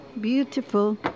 beautiful